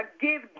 give